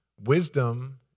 Wisdom